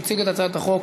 יציג את הצעת החוק